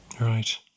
right